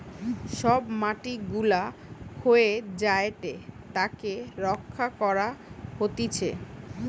সব মাটি গুলা ক্ষয়ে যায়েটে তাকে রক্ষা করা হতিছে